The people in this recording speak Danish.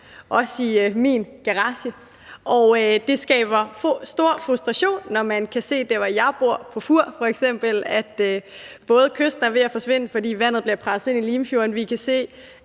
også i min garage. Og det skaber stor frustration, når man på Fur f.eks., hvor jeg bor, både kan se, at kysten er ved at forsvinde, fordi vandet bliver presset ind i Limfjorden,